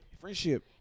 Friendship